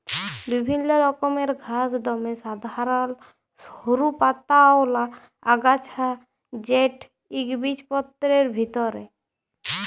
বিভিল্ল্য রকমের ঘাঁস দমে সাধারল সরু পাতাআওলা আগাছা যেট ইকবিজপত্রের ভিতরে